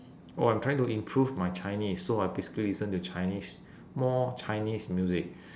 oh I'm trying to improve my chinese so I basically listen to chinese more chinese music